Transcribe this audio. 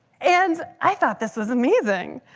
and i thought this was amazing.